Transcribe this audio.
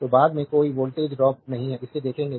तो बाद में कोई वोल्टेज ड्रॉप नहीं है इसे देखेंगे